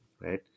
right